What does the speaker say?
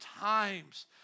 times